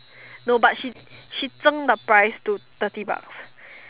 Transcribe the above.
no but she she 增 the price to thirty bucks